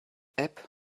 app